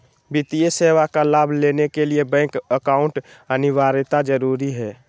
वित्तीय सेवा का लाभ लेने के लिए बैंक अकाउंट अनिवार्यता जरूरी है?